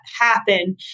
happen